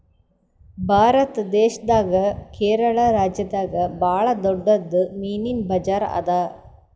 ಭಾರತ್ ದೇಶದಾಗೆ ಕೇರಳ ರಾಜ್ಯದಾಗ್ ಭಾಳ್ ದೊಡ್ಡದ್ ಮೀನಿನ್ ಬಜಾರ್ ಅದಾ